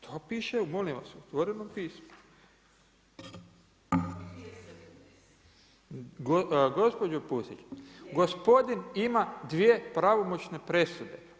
To piše molim vas u otvorenom pismu. … [[Upadica sa strane, ne razumije se.]] Gospođo Pusić gospodin ima dvije pravomoćne presude.